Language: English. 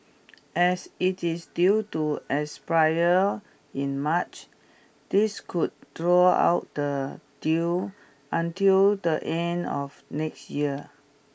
as it is due to expire in March this could draw out the deal until the end of next year